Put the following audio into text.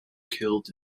killed